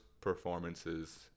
performances